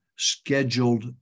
scheduled